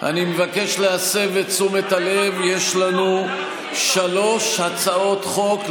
אני מבקש להסב את תשומת הלב שיש לנו שלוש הצעות חוק,